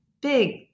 big